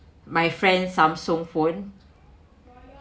my friend Samsung phone